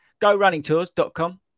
GoRunningTours.com